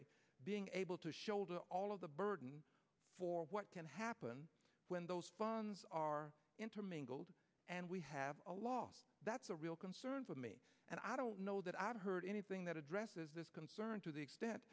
fiduciary being able to shoulder all of the burden for what can happen when those funds are intermingled and we have a law that's a real concern for me and i don't know that i've heard anything that addresses this concern to the extent